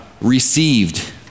received